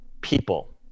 people